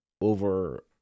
over